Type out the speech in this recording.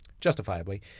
Justifiably